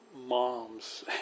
moms